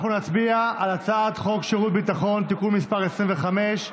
אנחנו נצביע על הצעת חוק שירות ביטחון (תיקון מס' 25)